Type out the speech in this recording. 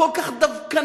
כל כך דווקנית.